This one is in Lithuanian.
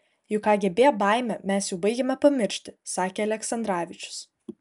juk kgb baimę mes jau baigiame pamiršti sakė aleksandravičius